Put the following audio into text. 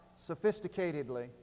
sophisticatedly